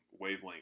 wavelength